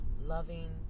loving